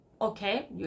okay